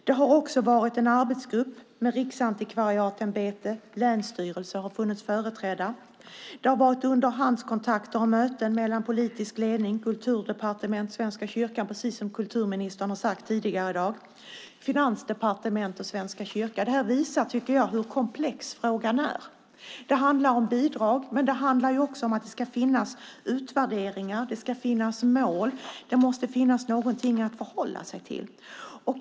Det har också funnits en arbetsgrupp där Riksantikvarieämbetet och länsstyrelser har varit företrädda. Det har varit underhandskontakter och möten mellan politisk ledning för Kulturdepartementet och Svenska kyrkan, precis som kulturministern har sagt tidigare i dag, mellan Finansdepartementet och Svenska kyrkan. Det här tycker jag visar hur komplex frågan är. Det handlar om bidrag, men det handlar också om att det ska finnas utvärderingar. Det ska finnas mål. Det måste finnas någonting att förhålla sig till.